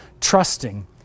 trusting